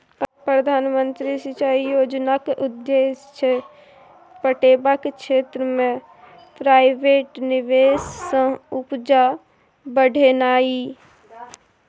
प्रधानमंत्री सिंचाई योजनाक उद्देश्य छै पटेबाक क्षेत्र मे प्राइवेट निबेश सँ उपजा बढ़ेनाइ